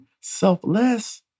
selfless